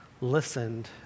listened